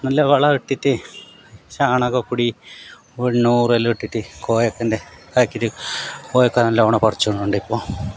നല്ല വളം ഇട്ടിട്ട് ചാണകപ്പൊടി വെണ്ണീറെല്ലാം ഇട്ടിട്ട് കോവക്കൻ്റെ ഇതാക്കിയിട്ട് കോവക്ക നല്ലോണം പറിച്ച് കൊണ്ടോ ഇപ്പോൾ